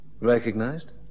Recognized